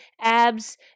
abs